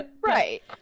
Right